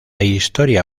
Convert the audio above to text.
historia